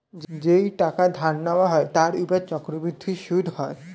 যেই টাকা ধার নেওয়া হয় তার উপর চক্রবৃদ্ধি সুদ হয়